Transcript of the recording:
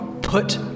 put